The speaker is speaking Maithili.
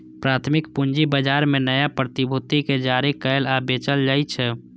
प्राथमिक पूंजी बाजार मे नया प्रतिभूति कें जारी कैल आ बेचल जाइ छै